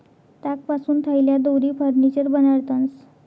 तागपासून थैल्या, दोरी, फर्निचर बनाडतंस